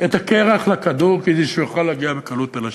את הקרח לכדור, כדי שיוכל להגיע בקלות אל השער.